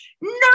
No